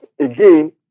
again